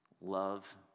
love